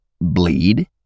bleed